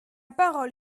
parole